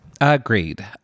Agreed